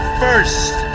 first